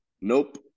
Nope